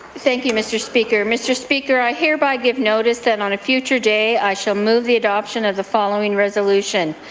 thank you, mr. speaker. mr. speaker, i hear by give notice that on a future day, i shall move the adoption of the following resolution.